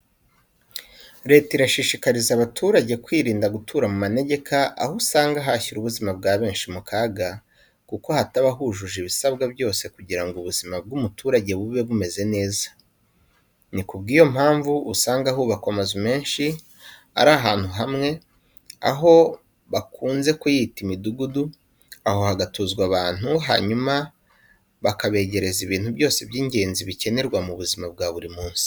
Leta irashishikariza abaturage kwirinda gutura mu manegeka, aho usanga hashyira ubuzima bwa benshi mu kaga, kuko hataba hujuje ibisabwa byose kugira ngo ubizima bw'umuturage bube bumeze neza. Ni ku bw'iyo mpamvu usanga hubakwa amazu menshi ari ahantu hamwe, aho bakunze kuyita imidugudu, aho hagatuzwa abantu hanyuma bakabegereza ibintu byose by'ingenzi bikenerwa mu buzima bwa buri munsi.